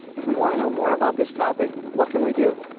if we want to know more about this topic, what can we do?